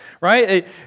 right